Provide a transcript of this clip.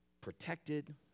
protected